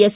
S